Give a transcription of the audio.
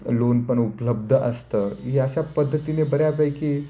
loan पण उपलब्ध असतं या अशा पद्धतीने बऱ्यापैकी